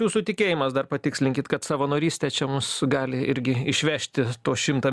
jūsų tikėjimas dar patikslinkit kad savanorystė čia mus gali irgi išvežti tuos šimtą